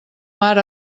mar